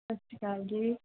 ਸਤਿ ਸ਼੍ਰੀ ਅਕਾਲ ਜੀ